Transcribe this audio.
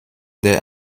der